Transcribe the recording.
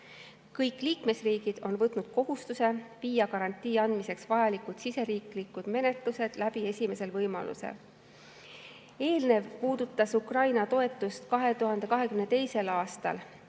Kõik liikmesriigid on võtnud kohustuse viia garantii andmiseks vajalikud siseriiklikud menetlused läbi esimesel võimalusel. Eelnev puudutas Ukraina toetamist 2022. aastal.